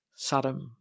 Saddam